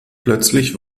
plötzlich